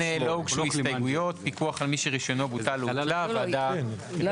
לסעיף 8 לא הוגשו הסתייגויות; פיקוח על מי שרישיונו בוטל --- יש לנו,